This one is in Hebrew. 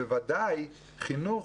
בוודאי חינוך